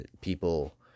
people